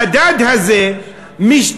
המדד הזה משתנה,